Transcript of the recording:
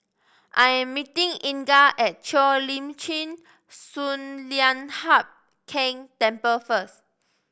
I am meeting Inga at Cheo Lim Chin Sun Lian Hup Keng Temple first